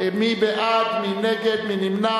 ותועבר לוועדת הכנסת על מנת